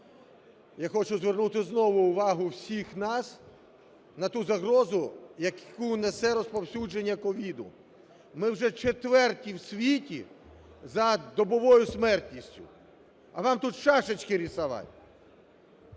я хочу звернути знову увагу всіх нас на ту загрозу, яку несе розповсюдження COVID. Ми вже четверті в світі за добовою смертністю, а вам тут шашечки рисовать.